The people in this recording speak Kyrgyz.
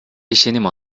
ишеним